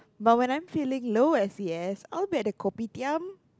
but when I'm feeling low S_E_S I'll be at the kopitiam